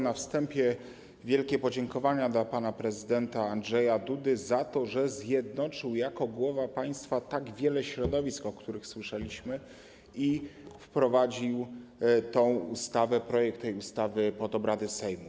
Na wstępie wielkie podziękowania dla pana prezydenta Andrzeja Dudy za to, że zjednoczył jako głowa państwa tak wiele środowisk, o których słyszeliśmy, i wprowadził projekt tej ustawy pod obrady Sejmu.